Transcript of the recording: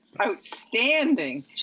outstanding